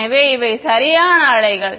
எனவே இவை சரியான அலைகள்